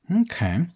Okay